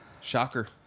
Shocker